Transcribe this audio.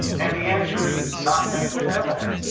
and the answer is, not necessarily.